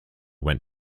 went